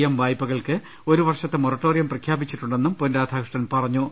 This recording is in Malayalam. എം വായ്പകൾക്ക് ഒരു വർഷത്തെ മോറട്ടോറിയം പ്രഖ്യാപിച്ചിട്ടുണ്ടെന്നും പൊൻ രാധാകൃഷ്ണൻ പറഞ്ഞു